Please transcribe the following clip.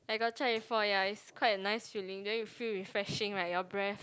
I got try before ya it's quite a nice feeling then you feel refreshing right your breath